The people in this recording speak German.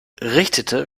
richtete